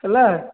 ହେଲା